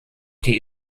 die